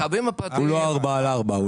הוא לא ארבע על ארבע.